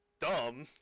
dumb